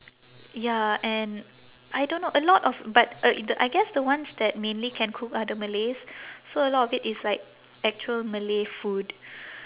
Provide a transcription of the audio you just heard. ya and I don't know a lot of but uh I guess the ones that mainly can cook are the malays so a lot of it is like actual malay food